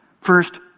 First